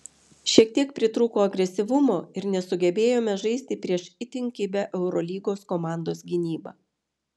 šiek tiek pritrūko agresyvumo ir nesugebėjome žaisti prieš itin kibią eurolygos komandos gynybą